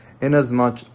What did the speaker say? Inasmuch